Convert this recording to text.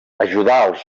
ajudà